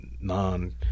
non